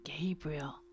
Gabriel